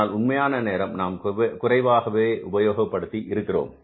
ஆனால் உண்மையான நேரம் நாம் குறைவாகவே உபயோகப்படுத்தி இருக்கிறோம்